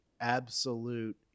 absolute